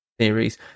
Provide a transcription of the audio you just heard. series